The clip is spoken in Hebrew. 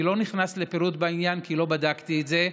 אני לא נכנס לפירוט בעניין, כי לא בדקתי את זה.